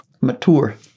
mature